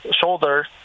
shoulder